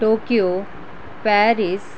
Tokyo Paris